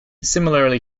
similarly